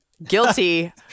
Guilty